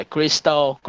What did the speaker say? Crystal